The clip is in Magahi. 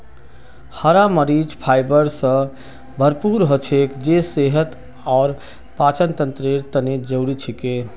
हरा मरीच फाइबर स भरपूर हछेक जे सेहत और पाचनतंत्रेर तने जरुरी छिके